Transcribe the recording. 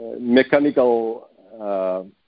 mechanical